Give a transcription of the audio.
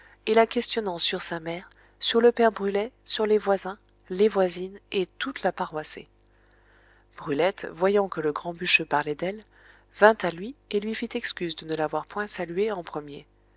et la questionnant sur sa mère sur le père brulet sur les voisins les voisines et toute la paroissée brulette voyant que le grand bûcheux parlait d'elle vint à lui et lui fit excuse de ne l'avoir point salué en premier